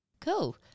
cool